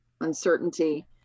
uncertainty